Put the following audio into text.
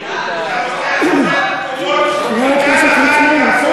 לעשות את זה.